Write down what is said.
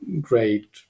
great